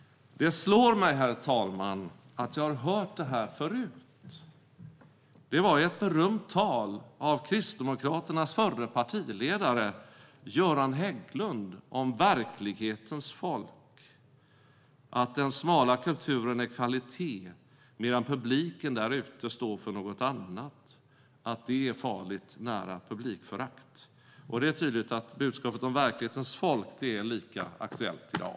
Det slår mig, herr talman, att jag har hört det här förut. Det var i ett berömt tal av Kristdemokraternas förre partiledare Göran Hägglund om "verklighetens folk". Att den smala kulturen är kvalitet medan publiken därute står för något annat är farligt nära publikförakt! Det är tydligt att budskapet om "verklighetens folk" är lika aktuellt i dag!